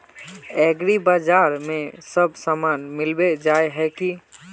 एग्रीबाजार में सब सामान मिलबे जाय है की?